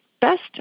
best